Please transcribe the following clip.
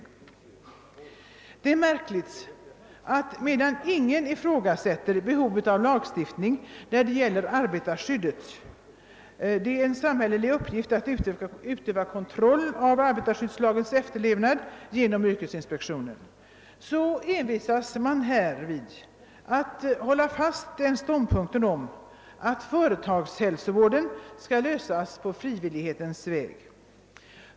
or Det är märkligt att medan ingen ifrågasätter behovet av lagstiftning när det gäller arbetarskyddet — det är en samhällelig uppgift att genom yrkesinspektionen utöva kontroll av arbetarskyddslagens efterlevnad — så envisas man här med att hålla fast vid ståndpunkien att frågan om företagshälsovården skall lösas på frivillighetens väg.